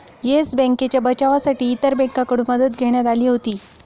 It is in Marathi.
येस बँकेच्या बचावासाठी इतर बँकांकडून मदत घेण्यात आली होती